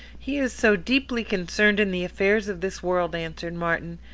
he is so deeply concerned in the affairs of this world, answered martin,